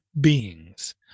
beings